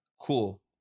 Cool